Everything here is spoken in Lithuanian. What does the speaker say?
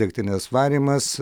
degtinės varymas